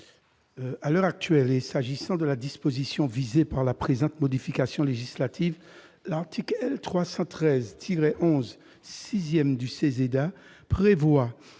À l'heure actuelle, s'agissant de la disposition visée par la présente modification législative, le 6° de l'article L. 313-11 6° du CESEDA prévoit